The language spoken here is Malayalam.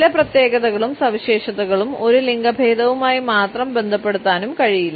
ചില പ്രത്യേകതകളും സവിശേഷതകളും ഒരു ലിംഗഭേദവുമായി മാത്രം ബന്ധപ്പെടുത്താനും കഴിയില്ല